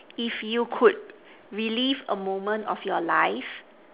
if you could relive a moment of your life